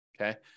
okay